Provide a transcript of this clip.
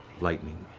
lightning,